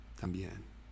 también